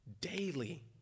daily